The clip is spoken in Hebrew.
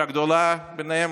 שהגדולה בהן